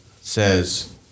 says